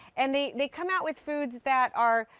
and they they come out with foods that are